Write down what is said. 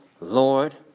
Lord